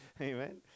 amen